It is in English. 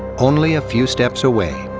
only a few steps away,